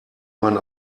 man